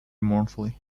mournfully